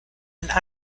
and